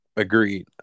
Agreed